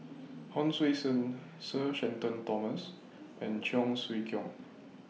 Hon Sui Sen Sir Shenton Thomas and Cheong Siew Keong